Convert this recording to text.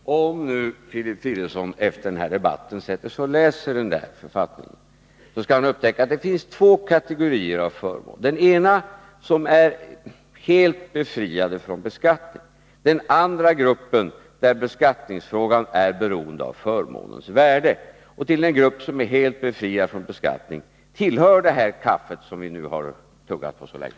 Herr talman! Om nu Filip Fridolfsson efter denna debatt sätter sig och läser den där författningen skall han upptäcka att det finns två kategorier av förmåner. Den ena gruppen är helt befriad från beskattning, och i den andra gruppen är beskattningsfrågan beroende av förmånens värde. Till den grupp som är helt befriad från beskattning hör detta kaffe, som vi nu har tuggat om så länge.